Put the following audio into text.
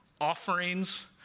offerings